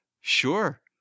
sure